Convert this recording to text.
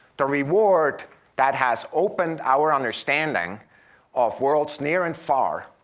the reward that has opened our understanding of worlds near and far,